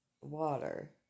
water